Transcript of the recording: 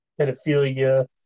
pedophilia